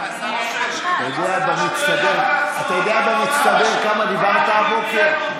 אתה יודע במצטבר כמה דיברת הבוקר?